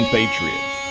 Patriots